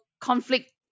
conflict